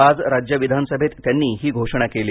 आज राज्य विधानसभेत त्यांनी ही घोषणा केली